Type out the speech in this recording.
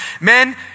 men